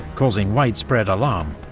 causing widespread alarm.